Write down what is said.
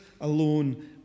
alone